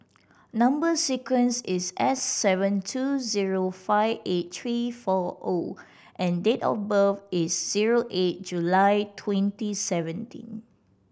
number sequence is S seven two zero five eight three four O and date of birth is zero eight July twenty seventeen